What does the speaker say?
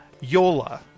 yola